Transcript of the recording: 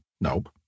Nope